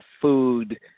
food